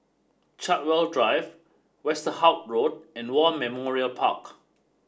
Chartwell Drive Westerhout Road and War Memorial Park